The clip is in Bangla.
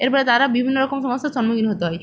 এর ফলে তারা বিভিন্ন রকম সমস্যার সম্মুখীন হতে হবে